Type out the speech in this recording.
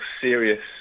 serious